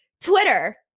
Twitter